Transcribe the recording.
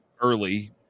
early